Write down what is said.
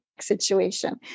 situation